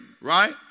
right